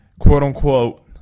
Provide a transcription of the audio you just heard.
quote-unquote